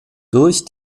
durch